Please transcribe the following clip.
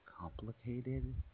Complicated